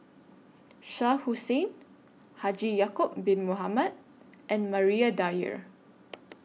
Shah Hussain Haji Ya'Acob Bin Mohamed and Maria Dyer